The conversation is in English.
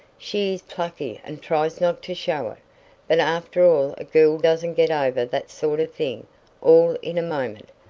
she is plucky and tries not to show it, but after all a girl doesn't get over that sort of thing all in a moment.